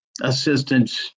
assistant